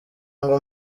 ngo